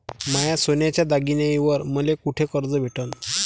माया सोन्याच्या दागिन्यांइवर मले कुठे कर्ज भेटन?